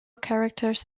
characters